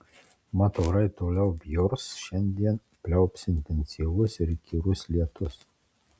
mat orai toliau bjurs šiandien pliaups intensyvus ir įkyrus lietus